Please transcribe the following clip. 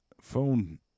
phone